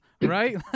right